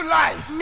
life